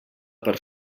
per